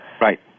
Right